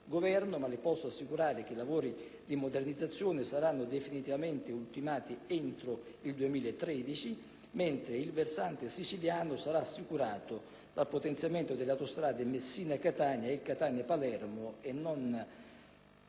tuttavia assicurare che i lavori di modernizzazione saranno definitivamente ultimati entro il 2013. Il collegamento sul versante siciliano sarà invece assicurato dal potenziamento delle autostrade Messina-Catania e Catania-Palermo; inoltre,